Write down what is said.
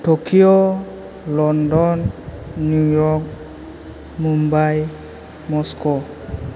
Tokyo London New York Mumbai Moscow